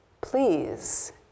Please